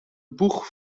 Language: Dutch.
boeg